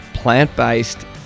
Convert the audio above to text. plant-based